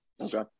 Okay